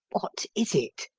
what is it?